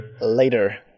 later